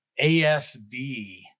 ASD